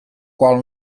qual